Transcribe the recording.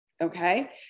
Okay